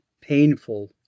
painful